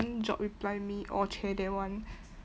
job reply me orh !chey! they want